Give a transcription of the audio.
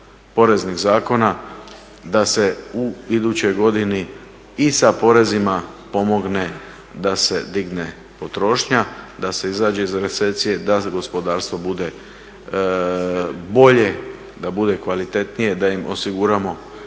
poreznih zakona da se u idućoj godini i sa porezima pomogne da se digne potrošnja da se izađe iz recesije da gospodarstvo bude bolje, da bude kvalitetnije, da im osiguramo